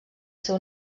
seu